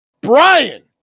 Brian